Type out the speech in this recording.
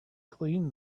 clean